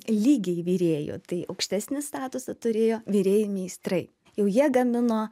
lygiai virėjų tai aukštesnį statusą turėjo virėjai meistrai jau jie gamino